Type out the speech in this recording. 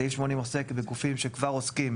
סעיף 80 עוסק בגופים שכבר עוסקים